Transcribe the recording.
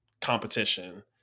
competition